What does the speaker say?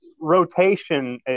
rotation